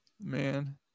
man